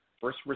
first